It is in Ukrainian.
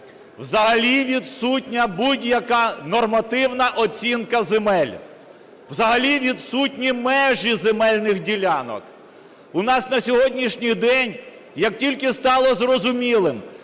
Взагалі відсутня будь-яка нормативна оцінка земель, взагалі відсутні межі земельних ділянок. У нас на сьогоднішній день, як тільки стало зрозуміло,